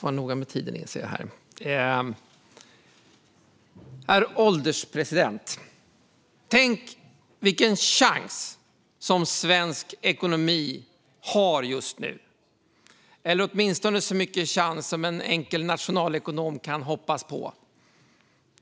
Herr ålderspresident! Tänk vilken chans svensk ekonomi har just nu! Den har åtminstone så mycket chans som en enkel nationalekonom kan hoppas på.